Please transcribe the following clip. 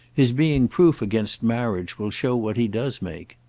his being proof against marriage will show what he does make.